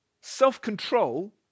Self-control